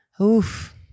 oof